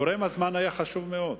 גורם הזמן היה חשוב מאוד,